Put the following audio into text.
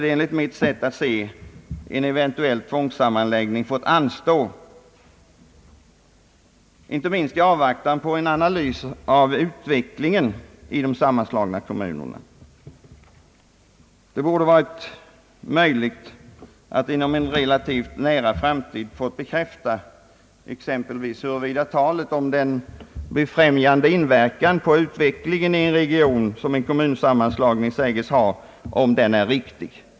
Enligt mitt sätt att se borde tvångssammanläggningen fått anstå, inte minst i avvaktan på en analys av utvecklingen i de sammanslagna kommunerna. Det borde varit möjligt att inom en relativt nära framtid få bekräftat huruvida talet om den befrämjande inverkan på utvecklingen i en kommun, som en kommunsammanslagning sägs ha, är riktig.